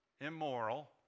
immoral